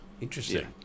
Interesting